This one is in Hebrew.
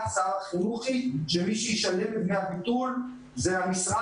שר החינוך היא שמי שישלם את דמי הביטול זה המשרד ולא ההורים.